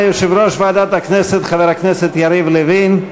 תודה ליושב-ראש ועדת הכנסת חבר הכנסת יריב לוין.